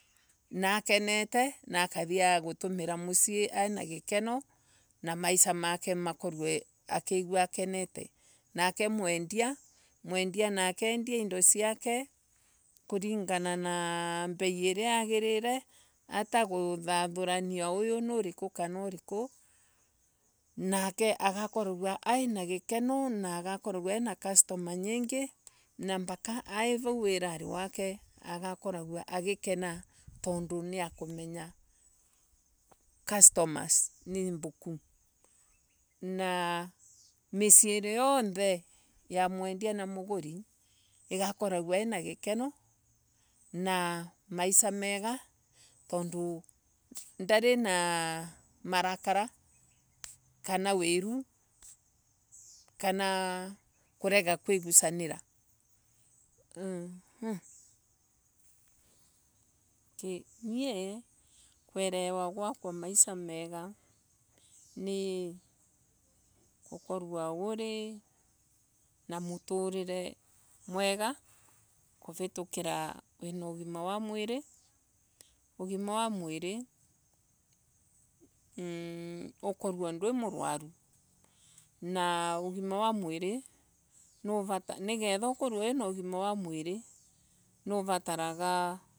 Na akenete na akathii gutumira musii aina gikeno na maisa make akorwe akigua akenete. Nake mwendia mwendia nake endia iindo siake kulingana nabei iria yagirire atakugagurania uyu ni uriku kana uriku nake agakoragwa aina gikeno na aina customer nyiingi na mbaka ai vau wirari wake. Agakoragwa agikena tondu niakummenya customers in mbuku. Na miairi yothe igakoragwa ina gikeno na maisha meya tondu ndari na marakara kana wiro mmh Ki Nie kuerew a gwaka maisha mega ni gukorwa wa mwiri ukorwe ndwi murwaru na ugima wa mwiri Nigetha ukorwe wina ugima wa mwili. ni uvutaraga.